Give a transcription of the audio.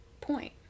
point